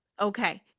okay